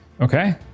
Okay